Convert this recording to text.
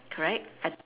correct I